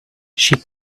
she